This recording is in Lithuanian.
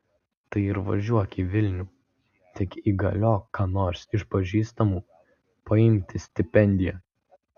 tai ir važiuok į vilnių tik įgaliok ką nors iš pažįstamų paimti stipendiją